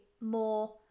more